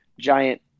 giant